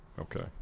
Okay